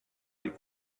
aller